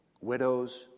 widows